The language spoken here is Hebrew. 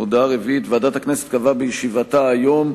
הודעה רביעית: ועדת הכנסת קבעה בישיבתה היום,